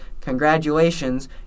congratulations